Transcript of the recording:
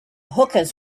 hookahs